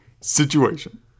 situation